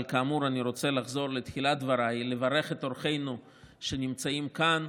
אבל כאמור אני רוצה לחזור לתחילת דבריי ולברך את אורחינו שנמצאים כאן,